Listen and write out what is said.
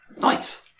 Nice